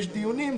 יש דיונים.